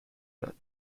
داد